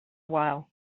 while